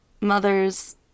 mother's